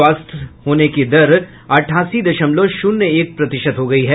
स्वस्थ होने की दर अठासी दशमलव शून्य एक प्रतिशत हो गई है